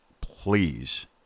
please